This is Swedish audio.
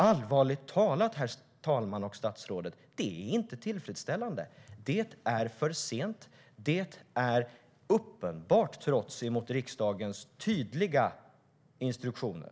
Allvarligt talat, herr talman och statsrådet, det är inte tillfredsställande. Det är för sent, och det är ett uppenbart trots mot riksdagens tydliga instruktioner.